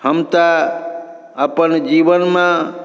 हम तऽ अपन जीवनमे